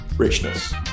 Richness